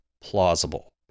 plausible